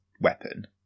weapon